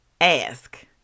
ask